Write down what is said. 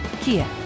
Kia